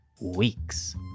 weeks